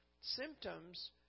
symptoms